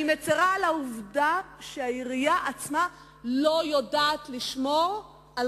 אני מצרה על העובדה שהעירייה עצמה לא יודעת לשמור על